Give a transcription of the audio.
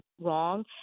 wrong